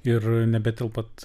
ir nebetelpat